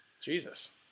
Jesus